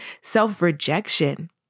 self-rejection